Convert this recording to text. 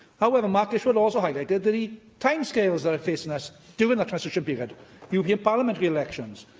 however, mark isherwodd also highlighted the the timescales that are facing us during that transition period european parliament re-elections,